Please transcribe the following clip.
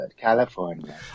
California